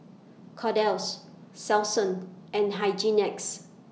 Kordel's Selsun and Hygin X